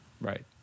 Right